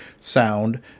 sound